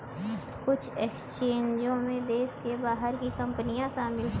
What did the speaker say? कुछ एक्सचेंजों में देश के बाहर की कंपनियां शामिल होती हैं